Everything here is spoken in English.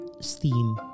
steam